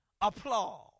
applause